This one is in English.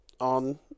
on